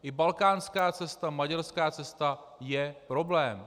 I balkánská cesta, maďarská cesta je problém.